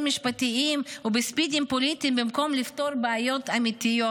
משפטיים ובספינים פוליטיים במקום לפתור בעיות אמיתיות.